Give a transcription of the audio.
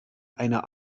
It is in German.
einer